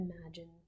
imagine